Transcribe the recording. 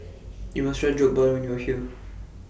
YOU must Try Jokbal when YOU Are here